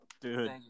dude